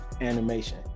animation